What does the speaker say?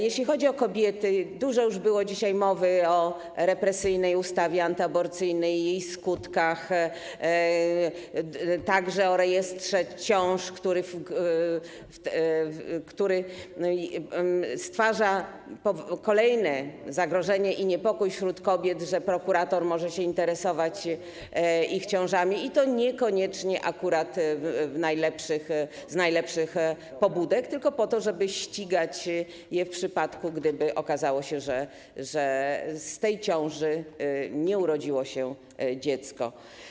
Jeśli chodzi o kobiety, dużo już było dzisiaj mowy o represyjnej ustawie antyaborcyjnej i jej skutkach, także o rejestrze ciąż, który stwarza kolejne zagrożenie i wywołuje niepokój wśród kobiet, że prokurator może się interesować ich ciążami, i to akurat niekoniecznie z najlepszych pobudek, tylko po to, żeby ścigać je w przypadku, gdyby okazało się, że z tej ciąży nie urodziło się dziecko.